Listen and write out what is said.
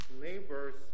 neighbors